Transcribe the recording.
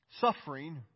suffering